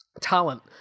talent